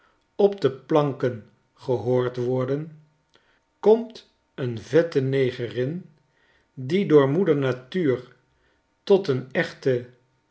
op de planken gehoord worden komt een vette negerin die door moeder natuur tot een echte